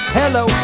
hello